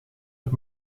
het